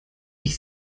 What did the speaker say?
ich